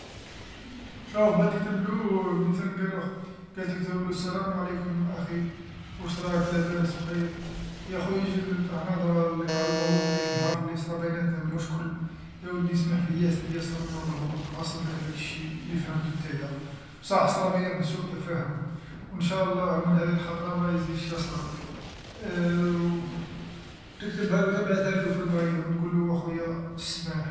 شوف با تكتبلو مثال قال تكتبلو السلام عليكم أخي واش راك لاباس بخير، يا خويا جيت نطرح لك على الموضوع تاع ديك النهار لي صرا بيناتنا المشكل، يا ودي سمح لي ياسر ياسر راني والله ما كنت قاصد لك هداكشي، لي فهمتو نتايا، صح صرا بيناتنا من سوء تفاهم، وإن شاء الله من هاد الخطره ميزيدش يصرى، تكتبهالو تبعثهالو فلبرية وتقولو اخويا السماح.